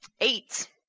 Eight